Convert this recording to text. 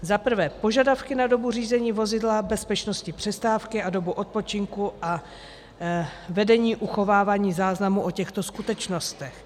Za prvé, požadavky na dobu řízení vozidla, bezpečnostní přestávky a dobu odpočinku a vedení uchovávání záznamů o těchto skutečnostech.